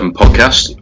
podcast